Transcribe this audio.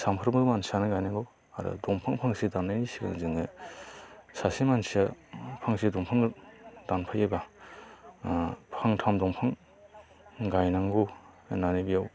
साफ्रोमबो मानसियानो गायनांगौ आरो दंफां फांसे दाननायनि सिगां जोङो सासे मानसिया फांसे दंफां दानफायोब्ला ओ फांथाम दंफां गायनांगौ होननानै बेयाव